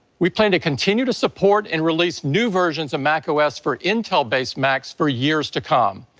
we plan to continue to support and release new versions of macos for intel-based macs for years to come.